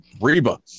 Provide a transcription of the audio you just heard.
Reba